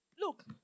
look